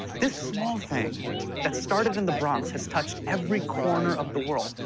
this small thing that started in the bronx has touched every corner of the world.